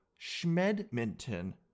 Schmedminton